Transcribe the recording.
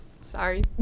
sorry